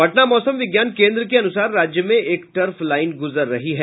पटना मौसम विज्ञान केन्द्र के अनुसार राज्य में एक टर्फ लाईन गुजर रही है